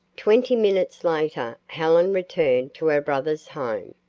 twenty minutes later helen returned to her brother's home,